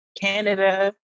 Canada